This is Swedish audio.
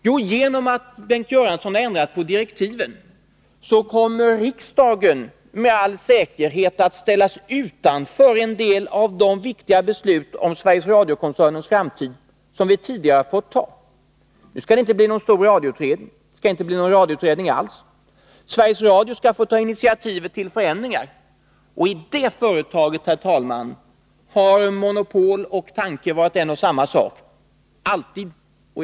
Jo, genom att Bengt Göransson har ändrat på direktiven kommer riksdagen med all säkerhet att ställas utanför en del av de viktiga beslut om Sveriges Radio-koncernens framtid som riksdagen tidigare fått ta. Nu skall det inte bli någon stor radioutredning — det skall inte bli någon radioutredning alls. Sveriges Radio skall få ta initiativet till förändringar, och i det företaget har, herr talman, monopol alltid varit ledstjärnan.